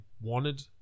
wanted